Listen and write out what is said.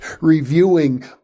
reviewing